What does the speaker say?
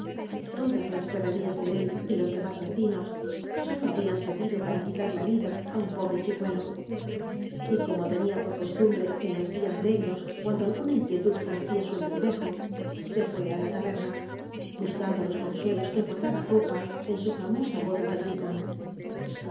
todas las perrerías de él y los demás vecinos sólo habían servido para quitar la vida á un pobre chicuelo y como tenía por costumbre en los días negros cuando alguna inquietud fruncía su entrecejo se fué á la taberna buscando los consuelos que guardaba copa en su famosa bota del rincón